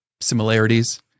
similarities